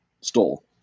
stole